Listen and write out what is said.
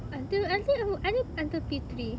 until until I think until P three